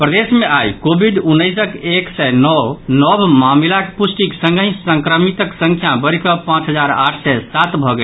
प्रदेश मे आइ कोविड उन्नैसक एक सय नओ नव मामिलाक पुष्टिक संगहि संक्रमितक संख्या बढ़ि कऽ पांच हजार आठ सय सात भऽ गेल